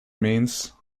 means